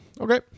Okay